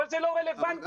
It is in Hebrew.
אבל זה לא רלוונטי בכלל.